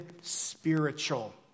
spiritual